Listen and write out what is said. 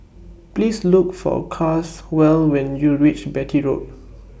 Please Look For Caswell when YOU REACH Beatty Road